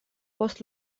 post